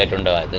and the